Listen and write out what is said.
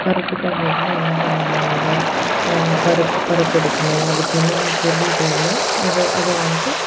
பருப்பு கொழம்பு வைக்கணும்னா என்ன பண்ணுவாங்க பருப்பு பருப்பை எடுக்கணும் அதுக்கு என்னென்ன பொருள் தேவையோ அதை அதை வந்துட்டு